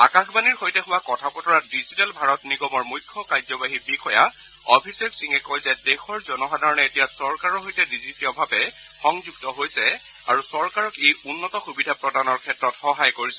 আকাশবাণীৰ সৈতে হোৱা কথা বতৰাত ডিজিটেল ভাৰত নিগমৰ মুখ্য কাৰ্যবাহী বিষয়া অভিশেষ সিঙে কয় যে দেশৰ জনসাধাৰণে এতিয়া চৰকাৰৰ সৈতে ডিজিটিয়ভাৱে সংযুক্ত হৈছে আৰু চৰকাৰক ই উন্নত সুবিধা প্ৰদানৰ ক্ষেত্ৰত সহায় কৰিছে